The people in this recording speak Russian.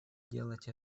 делать